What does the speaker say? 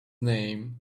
name